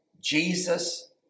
Jesus